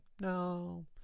no